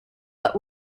but